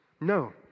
No